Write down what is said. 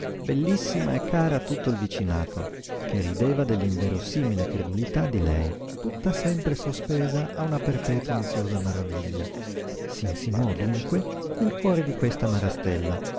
bellissima e cara a tutto il vicinato che rideva dell'inverosimile credulità di lei tutta sempre sospesa a una perpetua ansiosa maraviglia s'insinuò dunque nel cuore di questa marastella